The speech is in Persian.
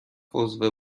عضو